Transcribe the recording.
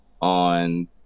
on